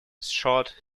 short